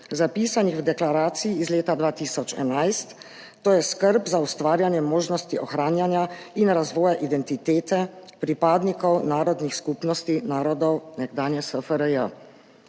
zapisanih v deklaraciji iz leta 2011, to je skrb za ustvarjanje možnosti ohranjanja in razvoja identitete pripadnikov narodnih skupnosti narodov nekdanje SFRJ.